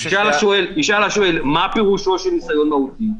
ישאל השואל: מה פירושו של ניסיון מהותי.